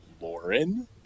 Lauren